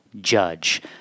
judge